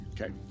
Okay